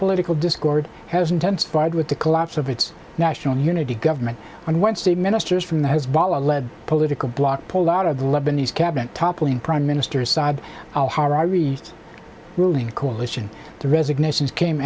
political discord has intensified with the collapse of its national unity government on wednesday ministers from the hezbollah led political bloc pulled out of the lebanese cabinet toppling prime minister saad ruling coalition the resignations came